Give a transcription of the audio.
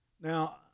Now